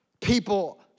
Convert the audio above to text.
People